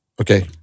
Okay